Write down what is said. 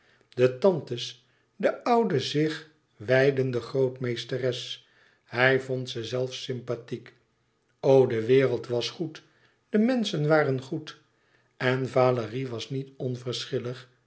de tantes de oude zich wijdende grootmeesteres hij vond ze zelfs sympathiek o de wereld was goed de menschen waren goed en valérie was niet